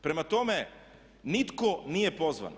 Prema tome, nitko nije pozvan.